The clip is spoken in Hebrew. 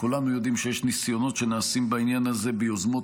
כולנו יודעים שיש ניסיונות שנעשים בעניין הזה ביוזמות